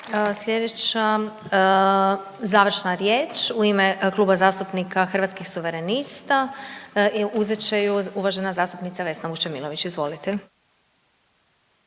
Slijedeća završna riječ u ime Kluba zastupnika Hrvatskih suverenista uzet će ju uvažena zastupnica Vesna Vučemilović, izvolite.